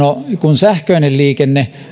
kun sähköinen liikenne